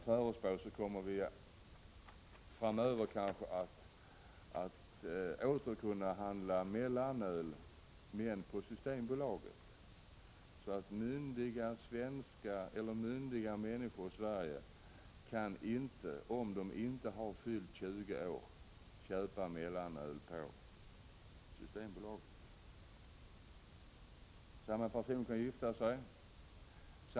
Framöver kommer vi kanske t.o.m. att åter kunna köpa mellanöl, men bara på Systembolaget. Myndiga människor i Sverige kan inte, om de inte har fyllt 20 år, köpa mellanöl på Systembolaget. De kan gifta sig.